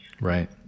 right